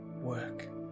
work